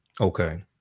Okay